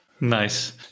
Nice